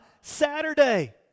Saturday